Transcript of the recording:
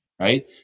right